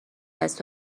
است